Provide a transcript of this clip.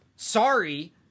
Sorry